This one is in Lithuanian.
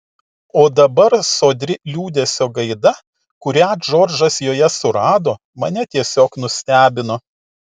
o dabar sodri liūdesio gaida kurią džordžas joje surado mane tiesiog nustebino